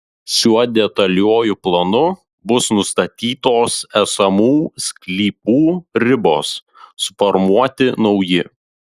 šiuo detaliuoju planu bus nustatytos esamų sklypų ribos suformuoti nauji